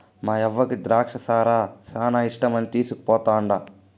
మాయవ్వకి ద్రాచ్చ సారా శానా ఇష్టమని తీస్కుపోతండా